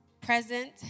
present